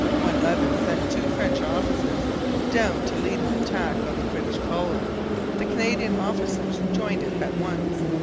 when levis sent two french officers down to lead an attack on the british column the canadian officers joined it at once.